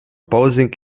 posing